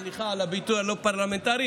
סליחה על הביטוי הלא-פרלמנטרי,